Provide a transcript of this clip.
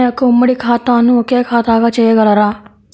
నా యొక్క ఉమ్మడి ఖాతాను ఒకే ఖాతాగా చేయగలరా?